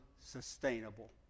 sustainable